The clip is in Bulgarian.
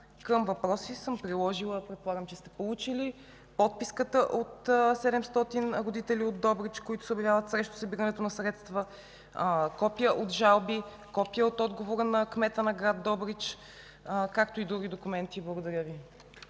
Към въпроса съм приложила, предполагам че сте получили, подписката на 700 родители от Добрич, които се обявяват срещу събирането на средства, копия от жалби, копие от отговора на кмета на град Добрич, както и други документи. Благодаря Ви.